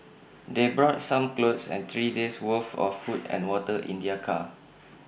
they brought some clothes and three days' worth of food and water in their car